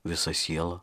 visa siela